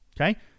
Okay